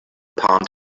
palm